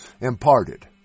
imparted